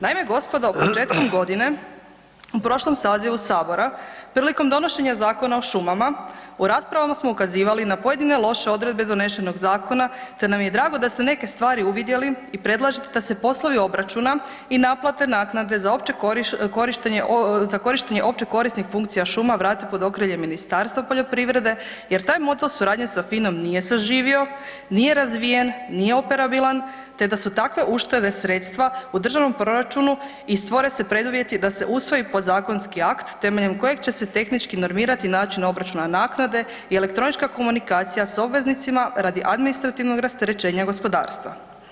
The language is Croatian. Naime gospodo, početkom godine u prošlom sazivu Sabora prilikom donošenja Zakona o šumama u raspravama smo ukazivali na pojedine loše odredbe donesenog zakona, te nam je drago da ste neke stvari uvidjeli i predlažete da se poslovi obračuna i naplate naknade za opće korištenje, za korištenje opće korisnih funkcija šuma vrate pod okrilje Ministarstva poljoprivrede jer taj model suradnje sa FINA-om nije saživio, nije razvijen, nije operabilan te da su takve uštede sredstva u državnom proračunu i stvore se preduvjeti da se usvoji podzakonski akt temeljem kojeg će se tehnički normirati način obračuna naknade i elektronička komunikacija sa obveznicima radi administrativnog rasterećenja gospodarstva.